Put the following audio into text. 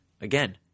again